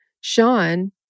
Sean